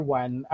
one